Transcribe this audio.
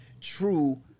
true